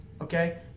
Okay